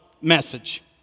message